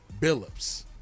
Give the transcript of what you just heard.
Billups